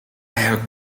have